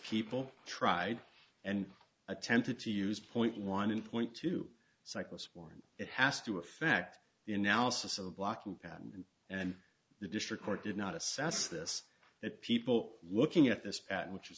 people tried and attempted to use point one in point to cyclists warrant it has to affect the analysis of a blocking pattern and the district court did not assess this that people looking at this at which